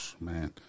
man